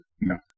No